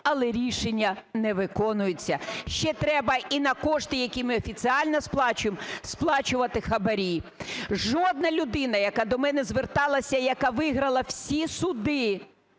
але рішення не виконуються. Ще треба і на кошти, які ми офіційно сплачуємо, сплачувати хабарі. Жодна людина, яка до мене зверталася і яка виграла всі суди,